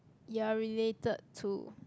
you are related to